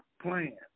plan